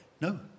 no